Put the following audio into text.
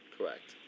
Correct